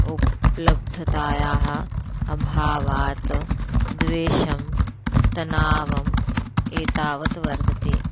उपलब्धतायाः अभावात् द्वेषं तनावम् एतावत् वर्धते